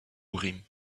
urim